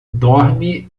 dorme